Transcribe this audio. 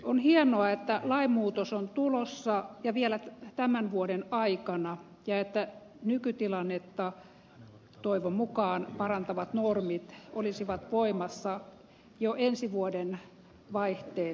on hienoa että lainmuutos on tulossa ja vielä tämän vuoden aikana ja että nykytilannetta toivon mukaan parantavat normit olisivat voimassa jo ensi vuodenvaihteessa